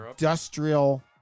industrial